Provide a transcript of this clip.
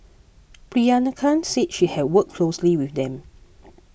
Priyanka said she had worked closely with them